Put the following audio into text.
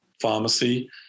pharmacy